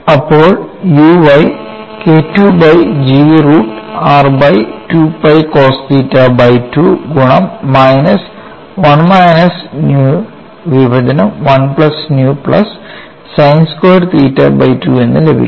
അപ്പോൾ u y KII by G root r by 2 pi cos theta by 2 ഗുണം minus 1 minus nu വിഭജനം 1 plus nu plus sine squared theta by 2 എന്ന് ലഭിക്കുന്നു